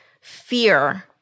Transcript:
fear